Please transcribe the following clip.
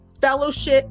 fellowship